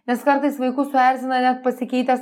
nes kartais vaikus suerzina net pasikeitęs